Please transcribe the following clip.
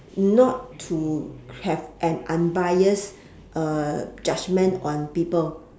not to have an unbiased uh judgement on people